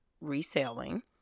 reselling